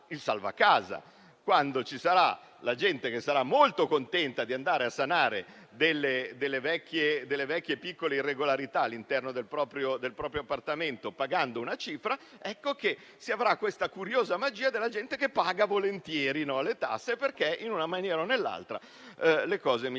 Quando la gente sarà molto contenta di andare a sanare delle vecchie e piccole irregolarità all'interno del proprio appartamento pagando una determinata cifra, ecco che si avrà questa curiosa magia della gente che paga volentieri le tasse, perché in una maniera o nell'altra le cose migliorano.